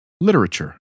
Literature